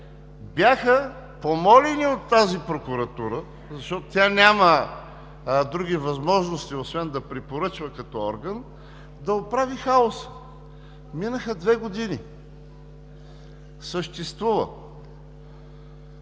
бяха помолени от тази прокуратура, защото тя няма други възможности освен да препоръчва, като орган, да оправи хаоса. Минаха две години – съществува.